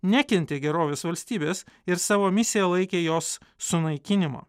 nekentė gerovės valstybės ir savo misija laikė jos sunaikinimą